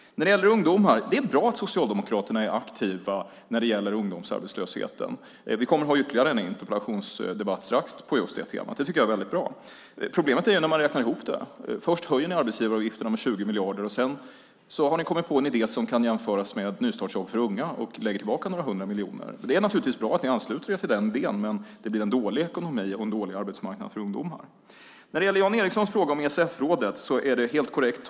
Det är bra att Socialdemokraterna är aktiva när det gäller ungdomsarbetslösheten. Vi kommer att ha en interpellationsdebatt på det temat strax. Det är bra. Problemet uppstår när man räknar ihop det. Först höjer ni arbetsgivaravgifterna med 20 miljarder, sedan har ni kommit på en idé som kan jämföras med nystartsjobb för unga och lägger tillbaka några hundra miljoner. Det är bra att ni ansluter er till den idén, men det blir en dålig ekonomi och en dålig arbetsmarknad för ungdomar. När det gäller Jan Ericsons fråga om ESF-rådet är det helt korrekt.